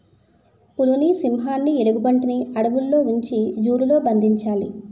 పులిని సింహాన్ని ఎలుగుబంటిని అడవుల్లో ఉంచి జూ లలో బంధించాలి